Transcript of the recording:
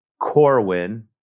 Corwin